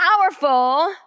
powerful